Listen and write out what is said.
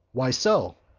why so?